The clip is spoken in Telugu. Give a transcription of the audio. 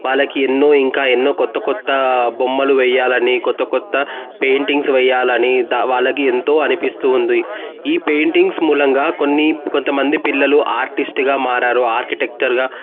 వాళ్ళకి ఎన్నో ఇంకా ఎన్నో కొత్త కొత్త బొమ్మలు వేయాలని కొత్త కొత్త పెయింటింగ్స్ వెయ్యాలని ద వాళ్ళకి ఎంతో అనిపిస్తూ ఉంది ఈ పెయింటింగ్స్ మూలంగా కొన్ని కొంత మంది పిల్లలు ఆర్టిస్ట్గా మారారు ఆర్కిటెక్చర్గా